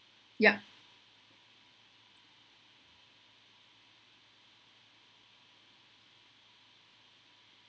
yup